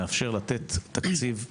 קול קורא מאפשר לתת תקציב קדימה.